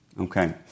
Okay